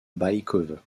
baïkove